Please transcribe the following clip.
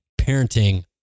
parenting